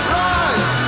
rise